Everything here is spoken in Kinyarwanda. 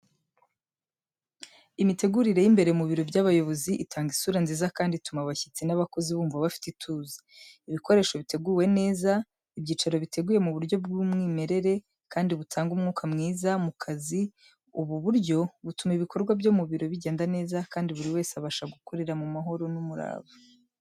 Imitegurire y’imbere mu biro by’abayobozi itanga isura nziza kandi ituma abashyitsi n’abakozi bumva bafite ituze. Ibikoresho biteguwe neza, ibyicaro biteguye mu buryo bw’umwimerere kandi butanga umwuka mwiza mu kazi .Ubu buryo butuma ibikorwa byo mu biro bigenda neza, kandi buri wese abasha gukorera mu mahoro n’umurava.